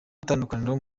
itandukaniro